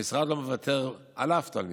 המשרד לא מוותר על אף תלמיד,